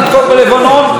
נתקוף בלבנון,